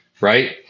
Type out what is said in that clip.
right